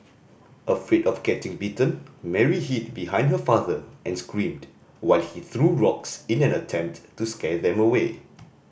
afraid of getting bitten Mary hid behind her father and screamed while he threw rocks in an attempt to scare them away